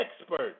expert